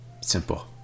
Simple